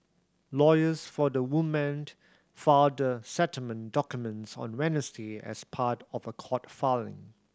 lawyers for the woman filed the settlement documents on Wednesday as part of a court filing